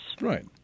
Right